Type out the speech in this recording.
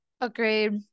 Agreed